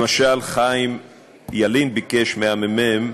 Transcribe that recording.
למשל, חיים ילין ביקש מהממ"מ